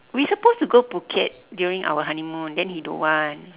we supposed to go phuket during our honeymoon then he don't want